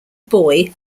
boy